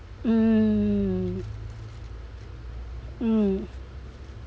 mm mm